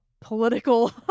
political